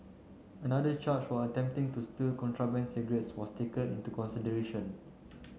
another charge for attempting to steal contraband cigarettes was taken into consideration